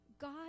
God